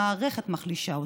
המערכת מחלישה אותן,